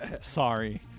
sorry